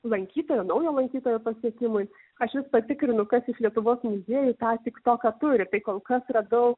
lankytojo naujo lankytojo pasiekimui aš vis patikrinu kas iš lietuvos muziejų tą tik toką turi tai kol kas radau